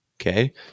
Okay